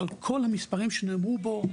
על כל המספרים שנאמרו פה,